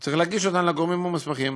הוא צריך להגיש אותן לגורמים המוסמכים.